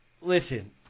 listen